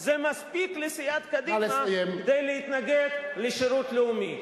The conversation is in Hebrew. זה מספיק לסיעת קדימה כדי להתנגד לשירות לאומי.